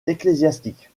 ecclésiastique